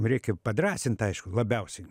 reikia padrąsint aišku labiausiai